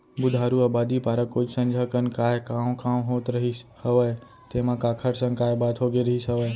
बुधारू अबादी पारा कोइत संझा कन काय कॉंव कॉंव होत रहिस हवय तेंमा काखर संग काय बात होगे रिहिस हवय?